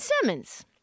Simmons